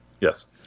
yes